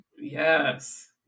Yes